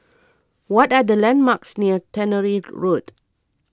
what are the landmarks near Tannery Road